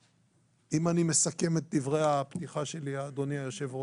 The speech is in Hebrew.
אני רוצה לסכם את דברי הפתיחה שלי, אדוני היו"ר.